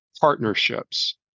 partnerships